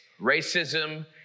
racism